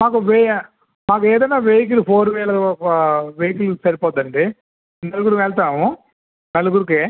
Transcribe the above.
నాకు వేయ నాకు ఏదైనా వెహికల్ ఫోర్ వీలర్ వెహికల్ సరిపోతుందండి నలుగురం వెళ్తాము నలుగురికే